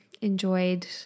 enjoyed